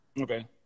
Okay